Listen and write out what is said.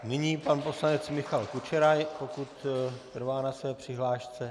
Nyní pan poslanec Michal Kučera, pokud trvá na své přihlášce.